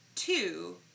Two